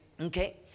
Okay